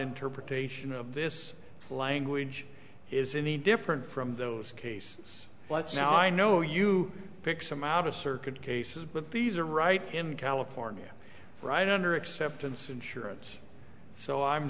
interpretation of this language is any different from those cases what's now i know you pick some out of circuit cases but these are right in california right under acceptance insurance so i'm